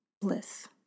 bliss